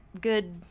good